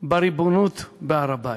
בריבונות בהר-הבית?